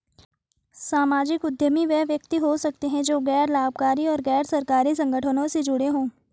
सामाजिक उद्यमी वे व्यक्ति हो सकते हैं जो गैर लाभकारी और गैर सरकारी संगठनों से जुड़े हों